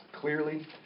clearly